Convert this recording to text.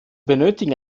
benötigen